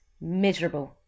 miserable